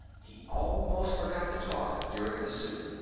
he almost forgot to talk during the soup,